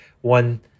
one